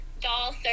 doll